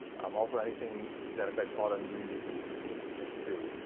um also anything that affects autoimmune disease would be interesting too.